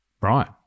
Right